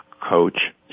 coach